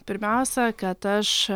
pirmiausia kad aš